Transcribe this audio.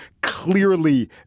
clearly